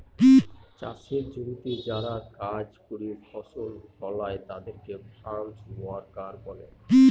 চাষের জমিতে যারা কাজ করে ফসল ফলায় তাদের ফার্ম ওয়ার্কার বলে